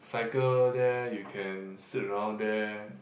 cycle there you can sit around there